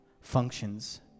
functions